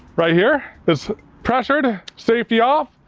right here it's pressured, safety off,